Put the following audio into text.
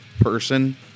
person